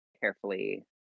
carefully